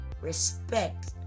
respect